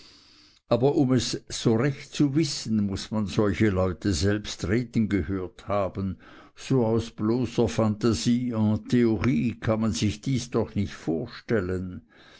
aber um es so recht zu wissen muß man solche leute selbst reden gehört haben so aus bloßer phantasie en thorie kann man sich dies doch nicht vorstellen